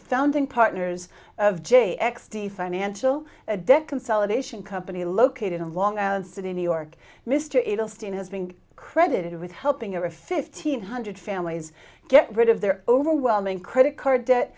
founding partners of j x t financial a debt consolidation company located in long island city new york mr it'll stay in has been credited with helping a fifteen hundred families get rid of their overwhelming credit card debt